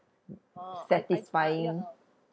satisfying